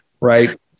Right